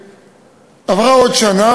עברה עוד שנה.